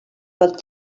pot